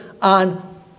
on